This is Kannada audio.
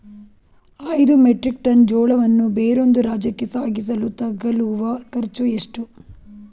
ಐದು ಮೆಟ್ರಿಕ್ ಟನ್ ಜೋಳವನ್ನು ಬೇರೊಂದು ರಾಜ್ಯಕ್ಕೆ ಸಾಗಿಸಲು ತಗಲುವ ಖರ್ಚು ಎಷ್ಟು?